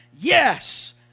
yes